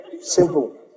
Simple